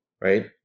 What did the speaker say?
right